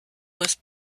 was